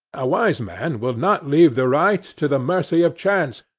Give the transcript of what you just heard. a wise man will not leave the right to the mercy of chance,